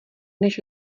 než